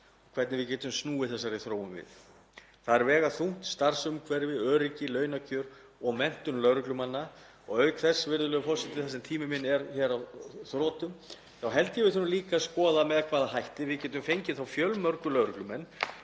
um hvernig við getum snúið þessari þróun við. Þar vega þungt starfsumhverfi, öryggi, launakjör og menntun lögreglumanna. Auk þess, virðulegur forseti, þar sem tími minn er á þrotum, þá held ég að við þurfum líka að skoða með hvaða hætti við getum fengið þá fjölmörgu lögreglumenn